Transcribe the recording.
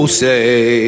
say